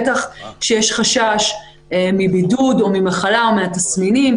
בטח כשיש חשש מבידוד או מחלה או מהתסמינים.